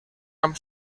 amb